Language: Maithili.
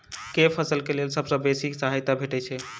केँ फसल केँ लेल सबसँ बेसी सहायता भेटय छै?